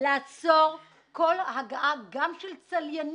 הבעיה לעצור כל הגעה מאריתריאה, גם של צליינות,